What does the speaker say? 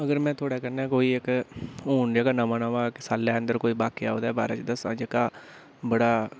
अगर में थुआढ़े कन्नै कोई इक हून जेह्का नमां नमां इक सालै अंदर कोई वाक्य ओह्दे बारै च दस्सां जेह्का बड़ा